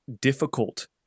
difficult